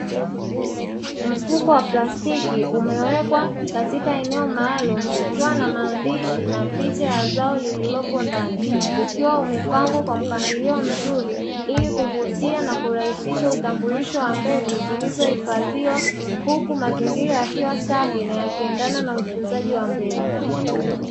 Mfuko wa plastiki umewekwa katika eneo maalumu, ukiwa na maandishi na picha ya zao lililoko ndani, ukiwa umepangwa kwa mpangilio mzuri ili kuvutia na kurahisisha utambulisho wa mbegu zilizohifadhiwa, huku mazingira yakiwa safi na yakiendana na utunzaji wa mbegu.